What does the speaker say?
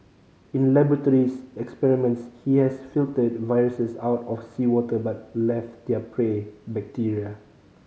in laboratory experiments he has filtered viruses out of seawater but left their prey bacteria